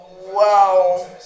Wow